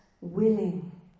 willing